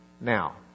Now